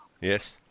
Yes